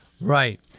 Right